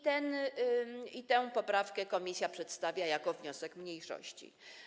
Tę poprawkę komisja przedstawia jako wniosek mniejszości.